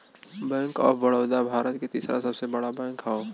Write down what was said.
bank of Baroda Bharat के तीसरा सबसे बड़ा बैंक हौ